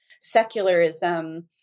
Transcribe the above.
secularism